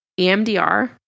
EMDR